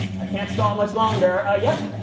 i can't stall much longer. ah yeah?